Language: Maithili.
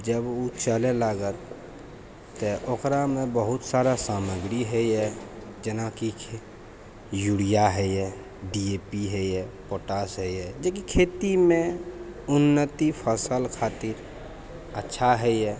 जब ओ चलय लागत ओकरामे बहुत सारा सामग्री होइए जेना किछु यूरिया होइय डी ए पी होइए पोटाश होइय जे कि खेतीमे उन्नति फसल खातिर अच्छा होइए